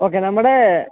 okay നമ്മുടേ